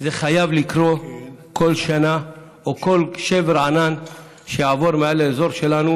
זה חייב לקרות כל שנה או כל שבר ענן שיעבור מעל האזור שלנו?